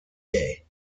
day